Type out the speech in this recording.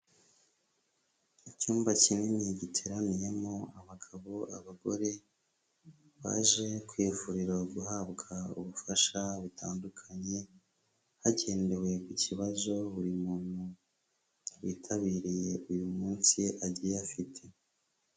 Icyumba kinini giteraniyemo abagabo, abagore baje kwivuriro guhabwa ubufasha butandukanye, hagendewe ku kibazo buri muntu witabiriye uyu munsi agiye afite.